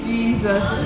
Jesus